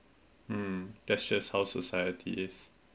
um that shows how society is